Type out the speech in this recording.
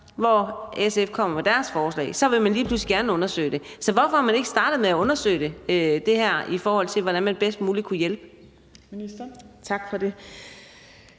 hvor SF kommer med deres forslag, og så vil man lige pludselig gerne undersøge det. Så hvorfor har man ikke startet med at undersøge, hvordan man bedst muligt kunne hjælpe? Kl.